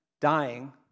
dying